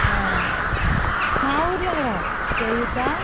మా ఊరిలో కూడా చేయూత